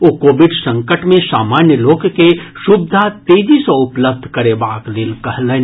ओ Covid संकट मे सामान्य लोक के सुविधा तेजी सँ उपलब्ध करेबाक लेल कहलनि